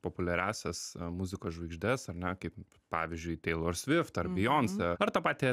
populiariąsias muzikos žvaigždes ar ne kaip pavyzdžiui teilor svift ar bijoncė ar tą patį